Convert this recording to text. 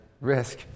risk